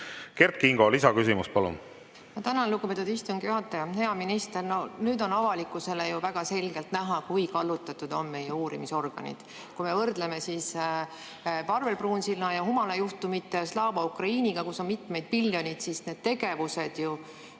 Kert Kingo, lisaküsimus, palun! Ma tänan, lugupeetud istungi juhataja! Hea minister! Nüüd on avalikkusele väga selgelt näha, kui kallutatud on meie uurimisorganid. Kui me võrdleme Parvel Pruunsilla ja Humala juhtumit Slava Ukraini [juhtumiga], kus on mitmed miljonid, siis need tegevused ju